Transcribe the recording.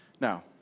Now